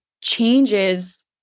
changes